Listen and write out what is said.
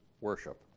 worship